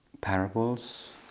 parables